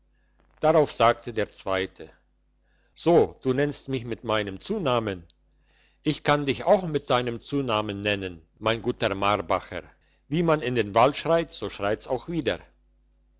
darauf sagte der zweite so du nennst mich mit meinem zunamen ich kann dich auch mit deinem zunamen nennen mein guter marbacher wie man in den wald schreit so schreit's auch wider